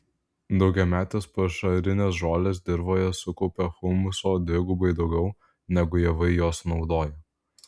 daugiametės pašarinės žolės dirvoje sukaupia humuso dvigubai daugiau negu javai jo sunaudoja